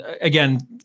again